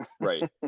Right